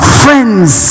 friends